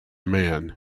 man